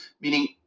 meaning